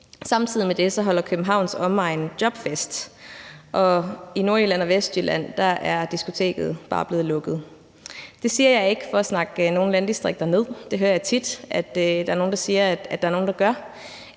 med det holder Københavns omegn jobfest, og i Nordjylland og Vestjylland er diskoteket bare blevet lukket. Det siger jeg ikke for at snakke nogen landdistrikter ned – det hører jeg tit at der er nogle der siger at der er nogle der gør